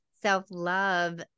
self-love